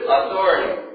authority